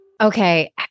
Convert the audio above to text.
Okay